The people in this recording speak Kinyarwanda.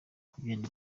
kugenda